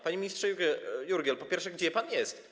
Panie ministrze Jurgiel, po pierwsze, gdzie pan jest?